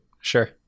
sure